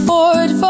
Ford